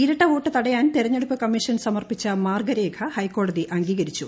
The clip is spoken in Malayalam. ഇരട്ടവോട്ട് തടയാൻ തെരെഞ്ഞെടുപ്പ് കമ്മീഷൻ സമർപ്പിച്ച മാർഗ്ഗരേഖ ഹൈക്കോടതി അംഗീകരിച്ചു